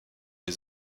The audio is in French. les